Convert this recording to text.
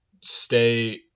stay